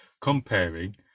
comparing